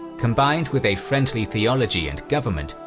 combined with a friendly theology and government,